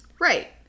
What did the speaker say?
Right